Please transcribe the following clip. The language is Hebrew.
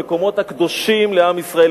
המקומות הקדושים לעם ישראל,